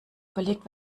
überlegt